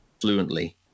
fluently